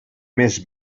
més